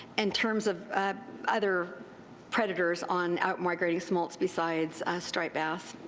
in terms of other predators on outmigrating smolts besides striped bass,